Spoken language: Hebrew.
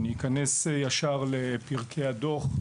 אני אכנס ישר לפרקי הדוח.